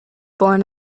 born